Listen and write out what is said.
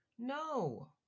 no